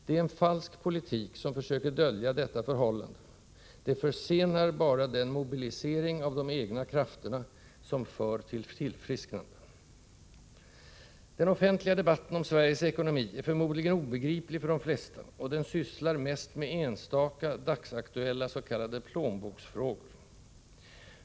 Det är en falsk politik, som försöker dölja detta förhållande: det försenar bara den mobilisering av de egna krafterna, som kan föra till tillfrisknande. Den offentliga debatten om Sveriges ekonomi är förmodligen obegriplig för de flesta, och den sysslar mest med enstaka, dagsaktuella s.k. plånboksfrågor.